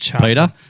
Peter